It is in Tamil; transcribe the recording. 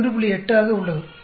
8 ஆக உள்ளது சரி